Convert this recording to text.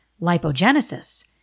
lipogenesis